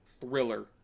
Thriller